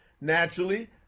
naturally